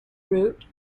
root